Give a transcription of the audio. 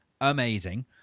amazing